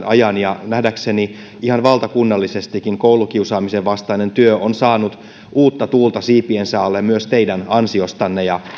ajan nähdäkseni ihan valtakunnallisestikin koulukiusaamisen vastainen työ on saanut uutta tuulta siipiensä alle myös teidän ansiostanne ja